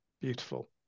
Beautiful